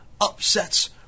upsets